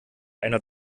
einer